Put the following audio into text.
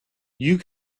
you